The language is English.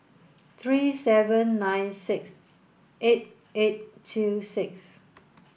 three seven nine six eight eight two six